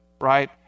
right